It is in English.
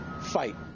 fight